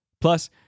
Plus